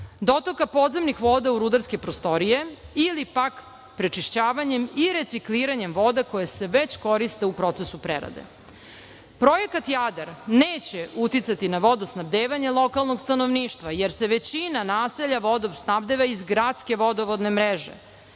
dotoka podzemnih voda u rudarske prostorije ili pak prečišćavanjem i recikliranjem voda koje se već koriste u procesu prerade. Projekat „Jadar“ neće uticati na vodosnabdevanje lokalnog stanovništva, jer se većina naselja vodom snabdeva iz gradske vodovodne mreže